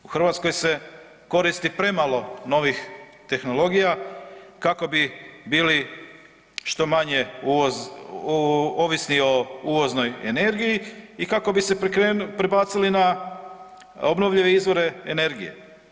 U Hrvatskoj se koristi premalo novih tehnologija kako bi bili što manje uvoz, ovisni o uvoznoj energiji i kako bi se prebacili na obnovljive izvore energije.